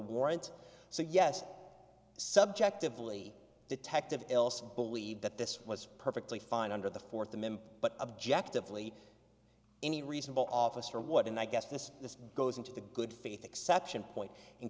warrant so yes subjectively detective else believed that this was perfectly fine under the fourth amendment but objectively any reasonable officer what and i guess this this goes into the good faith exception point in